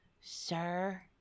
sir